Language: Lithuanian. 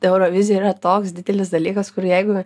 eurovizija yra toks didelis dalykas kur jeigu